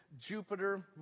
Jupiter